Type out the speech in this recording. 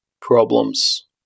problems